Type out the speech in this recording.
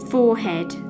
Forehead